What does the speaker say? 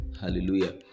Hallelujah